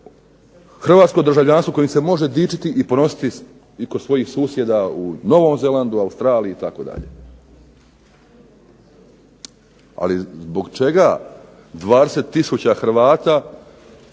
hrvatsko državljanstvo kojim se može dičiti i ponositi i kod svojih susjeda u Novom Zelandu, u Australiji itd. Ali zbog čega 20 tisuća Hrvata